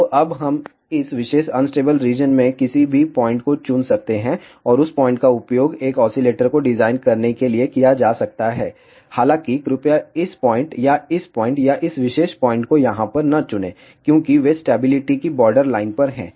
तो अब हम इस विशेष अनस्टेबल रीजन में किसी भी पॉइंट को चुन सकते हैं और उस पॉइंट का उपयोग एक ऑसीलेटर को डिजाइन करने के लिए किया जा सकता है हालाँकि कृपया इस पॉइंट या इस पॉइंट या इस विशेष पॉइंट को यहाँ पर न चुनें क्योंकि वे स्टैबिलिटी की बॉर्डर लाइन पर हैं